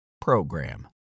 PROGRAM